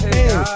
Hey